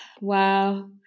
Wow